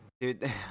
Dude